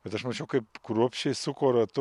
bet aš mačiau kaip kruopščiai suko ratu